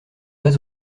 pas